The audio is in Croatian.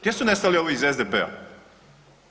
Gdje su nestali ovi iz SDP-a?